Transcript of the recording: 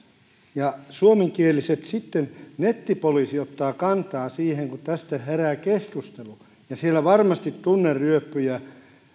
ja suomenkielisten kohdalla sitten nettipoliisi ottaa kantaa siihen kun tästä herää keskustelua ja siellä varmasti tunneryöppyjä